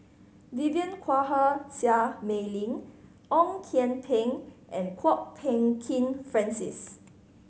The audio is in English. Vivien Quahe Seah Mei Lin Ong Kian Peng and Kwok Peng Kin Francis